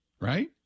right